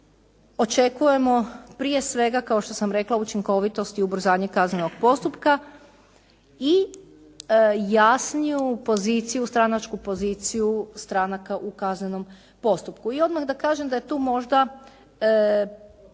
očekujemo prije svega kao što sam rekla učinkovitost i ubrzanje kaznenog postupka i jasniju poziciju, stranačku poziciju stranaka u kaznenom postupku. I odmah da kažem da je tu možda